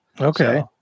okay